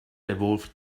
evolved